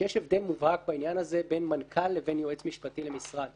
שיש הבדל מובהק בעניין הזה בין מנכ"ל לבין יועץ משפטי למשרד.